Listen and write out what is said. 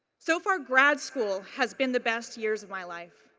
so far, grad school has been the best years of my life.